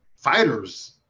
fighters